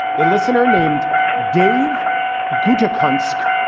a listener named dave gutta comsec.